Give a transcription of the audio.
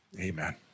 amen